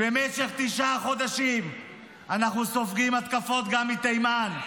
במשך תשעה חודשים אנחנו סופגים התקפות גם מתימן.